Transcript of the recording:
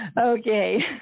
Okay